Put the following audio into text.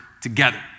together